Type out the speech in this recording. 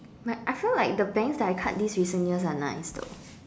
my I feel like the bangs that I cut these recent years are nice though